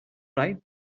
right